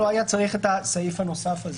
לא היה צריך את הסעיף הנוסף הזה.